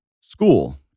school